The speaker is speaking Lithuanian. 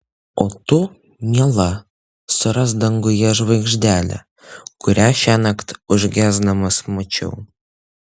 o tu miela surask danguje žvaigždelę kurią šiąnakt užgesdamas mačiau